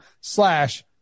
slash